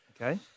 Okay